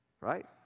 right